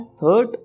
third